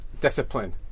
discipline